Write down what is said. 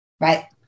Right